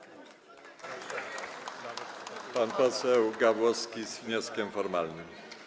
Pan poseł Gawłowski z wnioskiem formalnym.